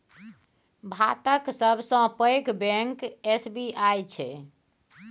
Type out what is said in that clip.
भातक सबसँ पैघ बैंक एस.बी.आई छै